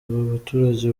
baturage